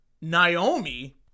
Naomi